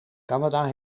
canada